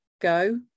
go